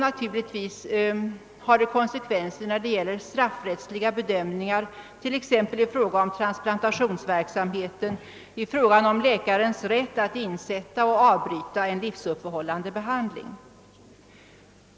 Naturligtvis har den också konsekvenser när det gäller straffrättsliga bedömningar, t.ex. i fråga om transplantationsverksamheten samt Jläkarens rätt att insätta eller avbryta en livsuppehållande behandling.